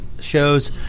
shows